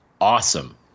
awesome